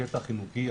הקטע החינוכי,